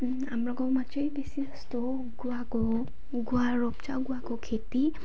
हाम्रो घाउँमा चाहिँ बेसी जस्तो गुवाको गुवा रोप्छ गुवाको खेती